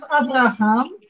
Abraham